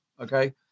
Okay